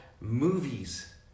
movies